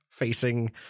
facing